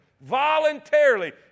voluntarily